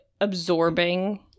absorbing